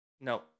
No